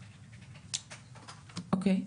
אוקיי,